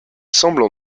semblant